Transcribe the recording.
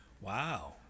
Wow